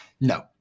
No